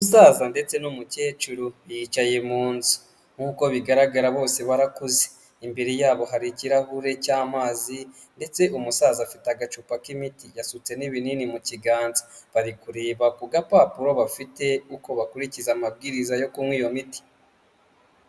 Umusaza ndetse n'umukecuru bicaye mu nzu nk'uko bigaragara bose barakuze, imbere yabo hari ikirahure cy'amazi ndetse umusaza afite agacupa k'imiti, yasutse n'ibinini mu kiganza, bari kureba ku gapapuro bafite, uko bakurikiza amabwiriza yo kunywa iyo miti.